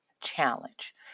challenge